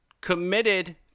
committed